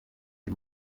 die